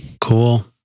Cool